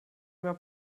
über